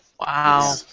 Wow